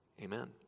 amen